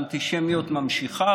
האנטישמיות נמשכת,